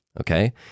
Okay